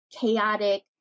chaotic